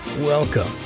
welcome